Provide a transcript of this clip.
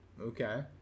okay